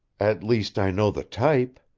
at least i know the type.